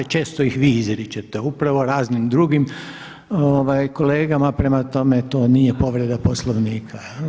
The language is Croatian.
Često ih vi izričete upravo raznim drugim kolegama, prema tome to nije povreda Poslovnika.